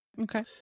Okay